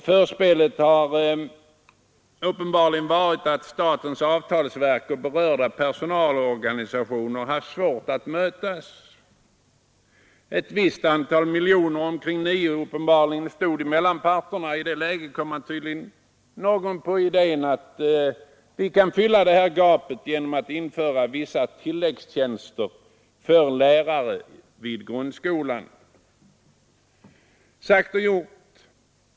Förspelet har uppenbarligen varit att statens avtalsverk och berörda personalorganisationer haft svårt att mötas. Ett visst antal miljoner — omkring nio uppenbarligen — stod kvar mellan parterna. I det läget kom tydligen någon på idén att vi kan fylla ”gapet” genom att införa vissa tilläggstjänster för lärare vid grundskolan. Sagt och gjort!